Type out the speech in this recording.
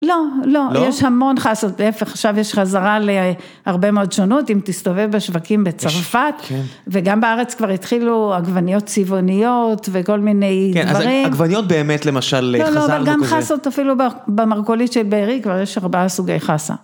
לא, לא, יש המון חסות, להפך עכשיו יש חזרה להרבה מאוד שונות, אם תסתובב בשווקים בצרפת, וגם בארץ כבר התחילו עגבניות צבעוניות וכל מיני דברים. כן, עגבניות באמת, למשל, חזר וכל זה. לא, לא, גם חסות, אפילו במרק כולי של בארי כבר יש ארבעה סוגי חסה.